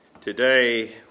Today